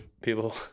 people